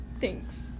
Thanks